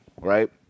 right